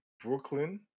Brooklyn